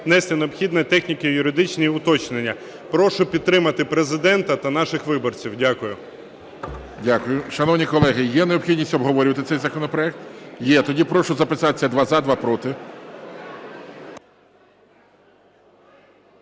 внести необхідні техніко-юридичні уточнення. Прошу підтримати Президента та наших виборців. Дякую. ГОЛОВУЮЧИЙ. Дякую. Шановні колеги, є необхідність обговорювати цей законопроект? Є. Тоді прошу записатись: два - за, два - проти.